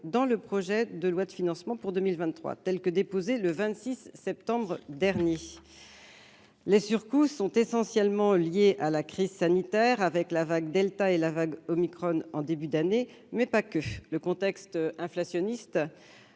dans le projet de loi de financement pour 2023, tel que déposé le 26 septembre dernier. Les surcoûts sont essentiellement liés à la crise sanitaire, avec les vagues occasionnées par les variants delta et omicron, en début d'année, mais pas seulement. Le contexte inflationniste